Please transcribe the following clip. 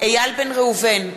איל בן ראובן,